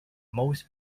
most